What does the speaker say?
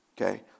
Okay